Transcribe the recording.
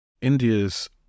India's